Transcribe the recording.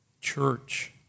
Church